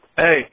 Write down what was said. hey